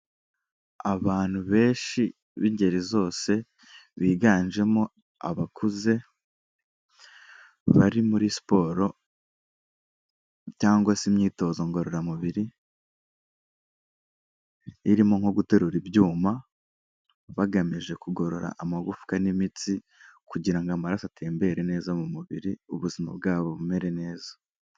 Abantu benshi b'ingeri zose biganjemo abakuze bari muri siporo cyangwa se imyizo ngororamubiri, irimo nko guterura ibyuma bagamije kugorora amagufwa n'imitsi kugira amaraso atembere neza mu mubiri, ubuzima bwabo bumere neza.